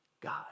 God